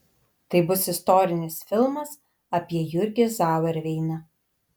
tai bus istorinis filmas apie jurgį zauerveiną